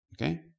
Okay